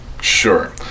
Sure